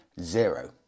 Zero